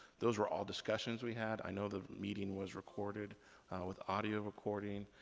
those were all discussions we had. i know the meeting was recorded with audio recording.